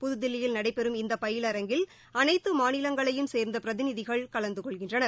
புதுதில்லியில் நடைபெறும் இந்தபயிரங்கில் அனைத்துமாநிலங்களையும் சேர்ந்தபிரதிநிதிகள் கலந்துகொள்கின்றனர்